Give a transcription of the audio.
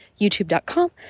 youtube.com